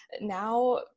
now